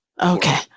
okay